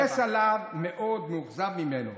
כועס עליו מאוד, מאוכזב ממנו.